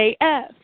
AF